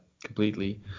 completely